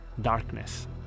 darkness